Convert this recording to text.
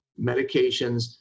medications